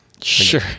Sure